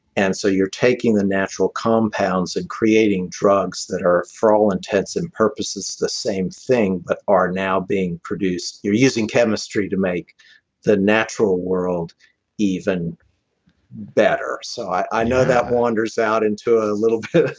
and so you're taking the natural compounds and creating drugs that are for all intents and purposes the same thing, but are now being produced. you're using chemistry to make the natural world even better. so i know that wanders out into a little bit,